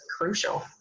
crucial